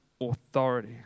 authority